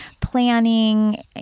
planning